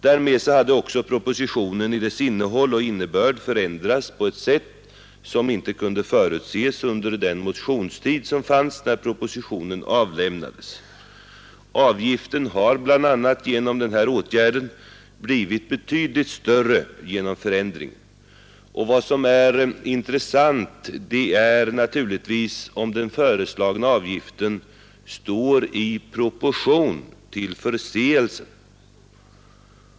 Därmed hade också propositionen i dess innehåll och innebörd förändrats på ett sätt som icke kunde förutses under den motionstid som fanns när propositionen avlämnades. Avgiften har bl.a. genom denna åtgärd blivit betydligt större, och vad som här är intressant är naturligtvis om den föreslagna avgiften står i rimlig proportion till förseelsen.